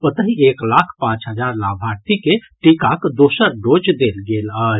ओतहि एक लाख पांच हजार लाभार्थी के टीकाक दोसर डोज देल गेल अछि